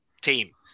team